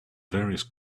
various